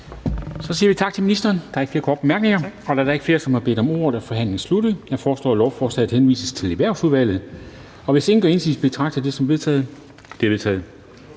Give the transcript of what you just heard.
Så siger vi tak til ministeren. Der er ikke flere korte bemærkninger. Da der ikke er flere, som har bedt om ordet, er forhandlingen sluttet. Jeg foreslår, at lovforslaget henvises til Erhvervsudvalget. Og hvis ingen gør indsigelse, betragter det som vedtaget. Det er vedtaget.